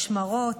משמרות,